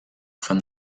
from